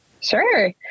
Sure